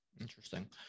Interesting